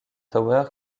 tower